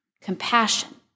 compassion